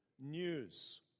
news